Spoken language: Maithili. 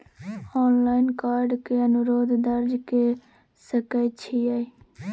ऑनलाइन कार्ड के अनुरोध दर्ज के सकै छियै?